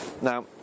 Now